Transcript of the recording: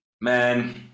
man